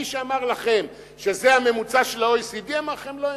מי שאמר לכם שזה הממוצע של ה-OECD אמר לכם לא-אמת.